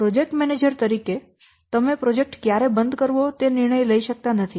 project manager તરીકે તમે project ક્યારે બંધ કરવો તે નિર્ણય લઈ શકતા નથી